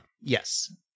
Yes